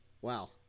Wow